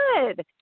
good